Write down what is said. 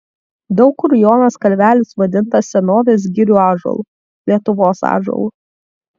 daug kur jonas kalvelis vadintas senovės girių ąžuolu lietuvos ąžuolu